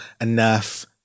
enough